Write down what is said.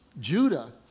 Judah